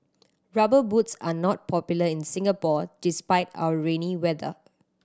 Rubber Boots are not popular in Singapore despite our rainy weather